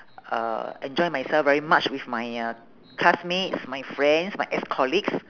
uh enjoy myself very much with my uh classmates my friends my ex colleagues